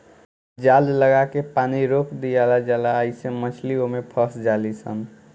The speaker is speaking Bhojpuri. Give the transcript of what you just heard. जाल लागा के पानी रोक दियाला जाला आइसे मछली ओमे फस जाली सन